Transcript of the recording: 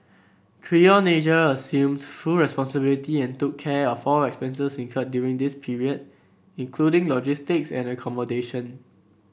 Creon Asia assumed full responsibility and took care of all expenses incurred during this period including logistics and accommodation